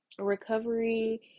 Recovery